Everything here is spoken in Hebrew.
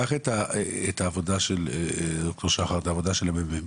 קח את העבודה של ד"ר שחר, את העבודה של הממ"מ